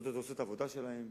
הוועדות עושות את העבודה שלהן,